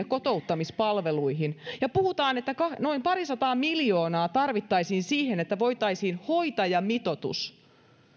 kotouttamispalveluihin ja puhutaan että noin pari sataa miljoonaa tarvittaisiin siihen että voitaisiin hoitajamitoitus